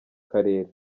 karere